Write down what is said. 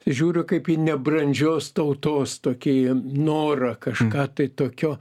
žiūriu kaip į nebrandžios tautos tokį norą kažką tai tokio